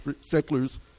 settlers